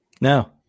no